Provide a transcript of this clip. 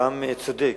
גם צודק,